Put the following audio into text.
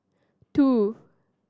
two